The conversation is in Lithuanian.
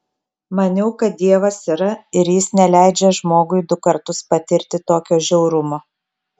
maniau kad dievas yra ir jis neleidžia žmogui du kartus patirti tokio žiaurumo